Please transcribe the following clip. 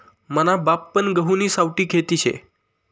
मना बापपन गहुनी सावठी खेती शे